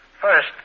First